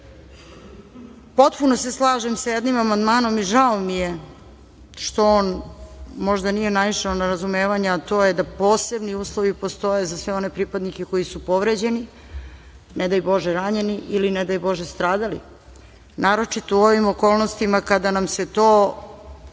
se slažem s jednim amandmanom i žao mi je što on možda nije naišao na razumevanje, a to je da posebni uslovi postoje za sve one pripadnike koji su povređeni, ne daj bože ranjeni ili ne daj bože stradali, naročito u ovim okolnostima kada nam se to,